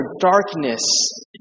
darkness